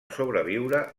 sobreviure